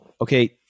okay